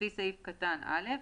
לפי סעיף קטן (א),